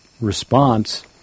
response